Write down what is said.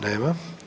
Nema.